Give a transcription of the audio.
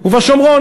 ובשומרון,